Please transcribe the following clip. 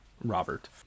robert